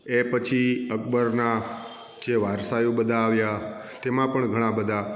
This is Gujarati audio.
એ પછી અકબરના જે વારસાયું બધા આવ્યા તેમા પણ ઘણાં બધાં